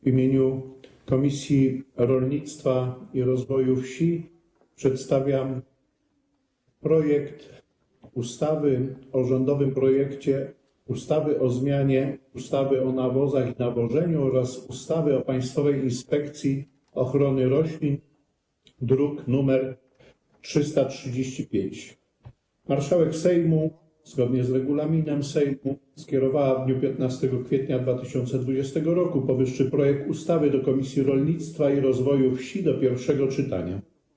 W imieniu Komisji Rolnictwa i Rozwoju Wsi przedstawiam sprawozdanie o rządowym projekcie ustawy o zmianie ustawy o nawozach i nawożeniu oraz ustawy o Państwowej Inspekcji Ochrony Roślin i Nasiennictwa, druk nr 335. Marszałek Sejmu, zgodnie z regulaminem Sejmu, skierowała w dniu 15 kwietnia 2020 r. niniejszy projekt ustawy do Komisji Rolnictwa i Rozwoju Wsi do pierwszego czytania.